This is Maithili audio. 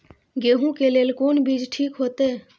गेहूं के लेल कोन बीज ठीक होते?